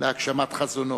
להגשמת חזונו: